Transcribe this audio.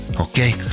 okay